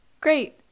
Great